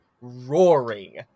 roaring